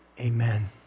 Amen